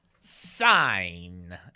sign